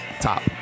top